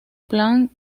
pan